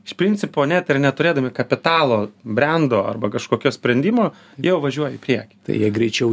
iš principo net ir neturėdami kapitalo brendo arba kažkokio sprendimo jau važiuoja į priekį tai jie greičiau